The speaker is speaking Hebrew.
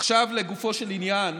עכשיו לגופו של עניין.